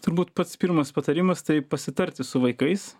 turbūt pats pirmas patarimas tai pasitarti su vaikais